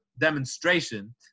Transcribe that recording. demonstration